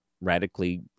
radically